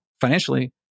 financially